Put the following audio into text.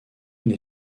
les